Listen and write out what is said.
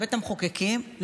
לבית המחוקקים,